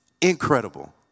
Incredible